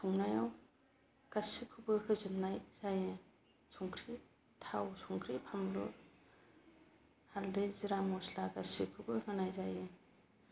संनायाव गासैखौबो होजोबनाय जायो संख्रि थाव संख्रि फानलु हाल्दै जिरा मस्ला गासैखौबो होनाय जायो